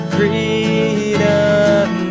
Freedom